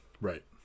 right